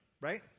right